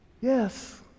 Yes